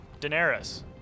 Daenerys